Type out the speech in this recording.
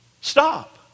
Stop